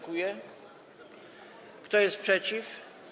Kto jest przeciw?